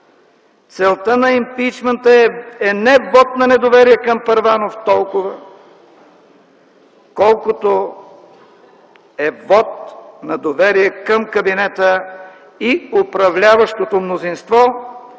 целта на импийчмънта е не толкова вот на недоверие към Първанов, колкото е вот на доверие към кабинета и управляващото мнозинство,